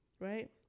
Right